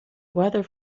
weather